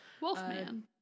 wolfman